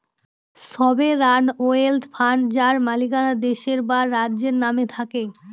sovereign wealth fund যার মালিকানা দেশের বা রাজ্যের নামে থাকে